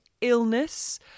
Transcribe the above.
illness